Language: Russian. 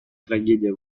трагедия